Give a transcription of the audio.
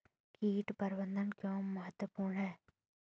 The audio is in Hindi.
कीट प्रबंधन क्यों महत्वपूर्ण है?